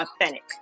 authentic